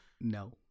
No